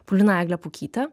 paulina eglė pukytė